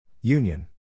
Union